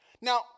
Now